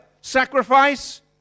sacrifice